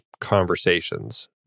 conversations